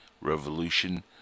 revolution